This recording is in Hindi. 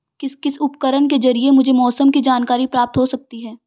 किस किस उपकरण के ज़रिए मुझे मौसम की जानकारी प्राप्त हो सकती है?